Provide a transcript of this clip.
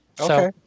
Okay